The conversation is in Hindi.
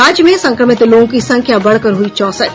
राज्य में संक्रमित लोगों की संख्या बढ़कर हुई चौंसठ